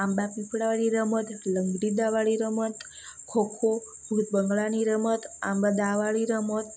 આંબા પીપળાવાળી રમત લંગડી દાવવાળી રમત ખોખો ભૂત બંગલાની રમત આંબા દાવવાળી રમત